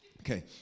Okay